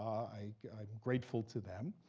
i mean i'm grateful to them.